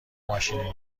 ماشینی